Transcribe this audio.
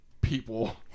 people